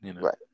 Right